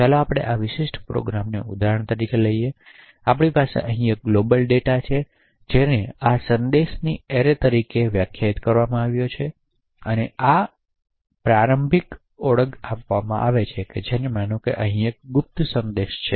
ચાલો આપણે આ વિશિષ્ટ પ્રોગ્રામને ઉદાહરણ તરીકે લઈએ આપણી પાસે અહીં એક ગ્લોબલ ડેટા છે જેને આ સંદેશની એરે તરીકે વ્યાખ્યાયિત કરવામાં આવી છે અને આ સંદેશની પ્રારંભિક ઓળખ આપવામાં આવે છે જેને માનો કે એક ગુપ્ત સંદેશ છે